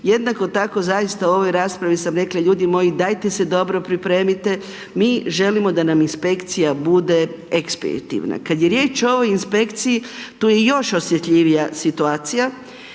Jednako tako, zaista au ovoj raspravi sam rekla, ljudi moji, dajte se dobro pripremite, mi želimo da nam inspekcija bude ekspeditivna. Kada je riječ o ovoj inspekciji, tu je još osjetljivija situacija,